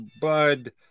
bud